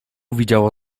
widziało